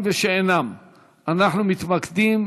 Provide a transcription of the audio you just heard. אני לפני כן